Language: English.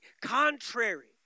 contrary